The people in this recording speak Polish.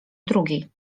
drugiej